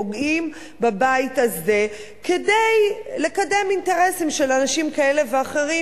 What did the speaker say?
פוגעים בבית הזה כדי לקדם אינטרסים של אנשים כאלה ואחרים